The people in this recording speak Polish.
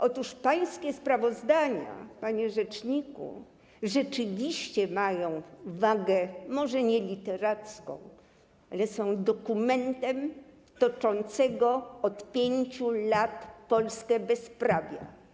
Otóż pańskie sprawozdania, panie rzeczniku, rzeczywiście mają wagę, choć może nie literacką - są dokumentem toczącego od 5 lat Polskę bezprawia.